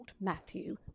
Matthew